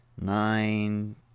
nine